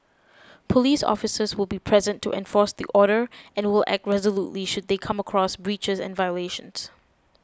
police officers will be present to enforce the order and will act resolutely should they come across breaches and violations